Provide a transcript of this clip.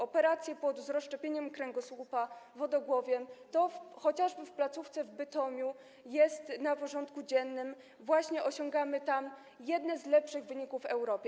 Operacje płodu z rozszczepieniem kręgosłupa, wodogłowiem - to chociażby w placówce w Bytomiu jest na porządku dziennym, osiągamy tam jedne z lepszych wyników w Europie.